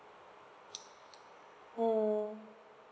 mm